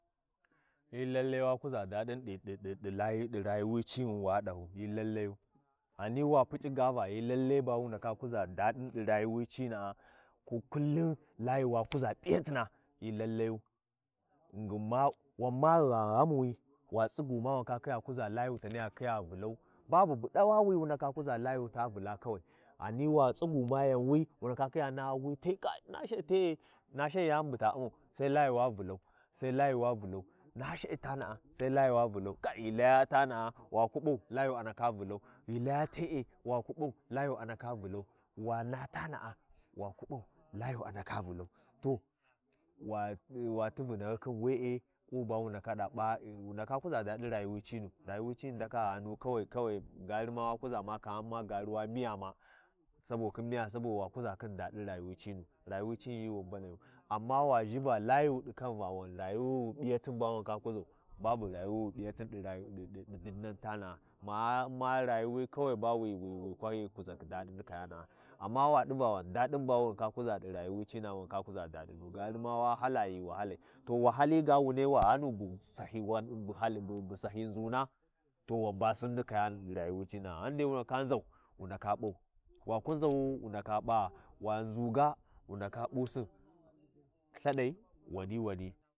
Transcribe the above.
Dab’i wwi gullhubu hyi kuniwi, cin yada ba ci bugyi canhyiwi, ci bugyi ɗingha kokuwi, wu ʒa wa canjuʒu, wa canji ga, kafinwa canjuʒa wi ndaka ga nʒa Sussu. Ƙafin nan wa canjuʒa, ghingin we’e canjakhi tabi’i kayana’a, hyi canjin hyi yani bu wu ndaka canjusi kayan, hyi yani bu wu ndaka canjusi kayanu wa Lai wa canjusi kayanda, wu ndaka ga nʒa kafin wa canjusi, gma wa ua U’mmau, sa wa Umma yani bu ya Ummau, wa P’aLthin ya ʒha, ya-ʒha wali ɗi shinkhi sin, wanngwan wu ndaka Umma ti kumakhi wa Umma ti kumathi, wa U’mma ti kumakhi har Ghinshin na ʒha wa iya ʒhahayi Wali ɗi shin khisin, waku Iya ga, wabe gwan ɗi dai wa Ummati Kumakhi, wa Ʊmma ti kumakhi, wa ɓaLthin gma tabi tashin Lthin ya Ltha suwi suwi ya U’mma ti fakatin ya U’mma ti fakatin, ya U’mma ti fakatin, wangwa dole pa wa falhitau, wa Ltha Suwi Suwi wangwan wa fakhita wa U’mma wa fakhiya wa U’mma ti fakatina wa U’mmati fakatina, wa P’aLthin ga Lthin ghandai Lthin ti ghi Suwuyi, ba yuuwi ci SiwiLthi wa P’aLthi ya tsigaɗu avnai, wangwan dole we tsiga ɗi arni ci’i hyina tsiga tare khin Lthini wa Hyina U’mmati tsagai, Hyina U’mmsyi tsagai, ghan gma hi ɗa Lthin ya Bugu jarhyin ba ya ndaka kuwayo, wangwan dole waa buga jarhin wa ndakau ca kuwayo waɗa naha yani bu ya U’mmai ɗin yani bu ya- U’mmau wangwa dole wa U’mma ti kuma khi wa U’mma ti kumakhi, har wangwan wa Iyayani bu ya U’mmau.